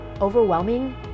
overwhelming